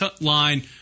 line